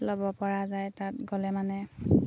ল'বপৰা যায় তাত গ'লে মানে